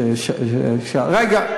רגע.